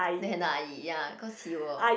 then I ya cause he will